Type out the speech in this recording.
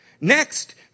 Next